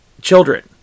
children